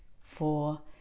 four